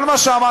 כל מה שאמרת,